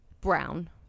brown